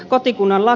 kotikunnalla